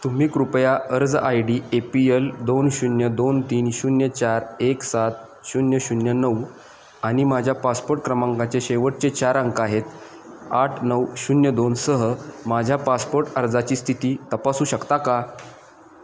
तुम्ही कृपया अर्ज I D A P L दोन शून्य दोन तीन शून्य चार एक सात शून्य शून्य नऊ आणि माझ्या पासपोर्ट क्रमांकाचे शेवटचे चार अंक आहेत आठ नऊ शून्य दोनसह माझ्या पासपोर्ट अर्जाची स्थिती तपासू शकता का